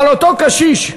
אבל אותו קשיש,